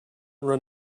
run